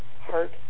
heart